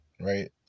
right